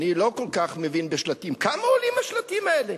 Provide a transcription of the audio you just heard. אני לא כל כך מבין בשלטים: כמה עולים השלטים האלה?